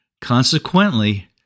Consequently